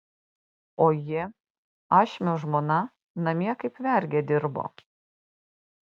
o ji ašmio žmona namie kaip vergė dirbo